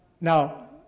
Now